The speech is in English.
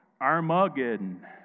Armageddon